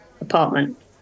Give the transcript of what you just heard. apartment